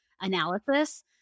analysis